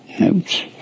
Oops